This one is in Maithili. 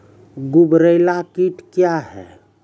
गुबरैला कीट क्या हैं?